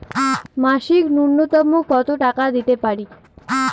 মাসিক নূন্যতম কত টাকা দিতে পারি?